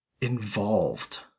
involved